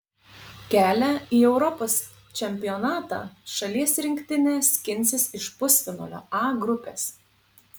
kelią į europos čempionatą šalies rinktinė skinsis iš pusfinalio a grupės